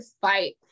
fight